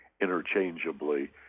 interchangeably